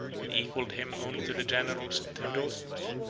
which equalled him only to the generals of theodosius,